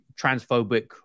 transphobic